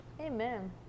amen